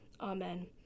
Amen